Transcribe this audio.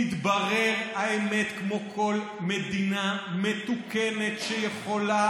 תתברר האמת כמו בכל מדינה מתוקנת שיכולה